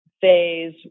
phase